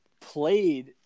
played